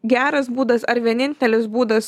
geras būdas ar vienintelis būdas